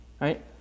Right